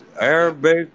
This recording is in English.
Arabic